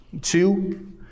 Two